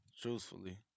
Truthfully